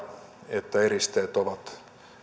että eristeet ovat